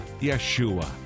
Yeshua